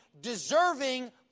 deserving